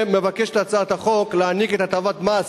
הצעת החוק מבקשת להעניק הטבות מס